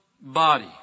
body